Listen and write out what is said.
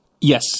Yes